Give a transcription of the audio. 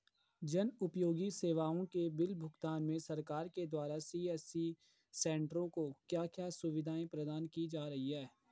जन उपयोगी सेवाओं के बिल भुगतान में सरकार के द्वारा सी.एस.सी सेंट्रो को क्या क्या सुविधाएं प्रदान की जा रही हैं?